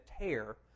tear